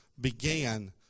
began